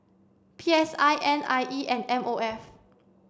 P S I N I E and M O F